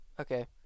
Okay